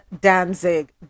danzig